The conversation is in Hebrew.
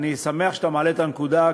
אני שמח שאתה מעלה את הנקודה,